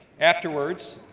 afterwards,